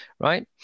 right